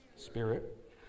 spirit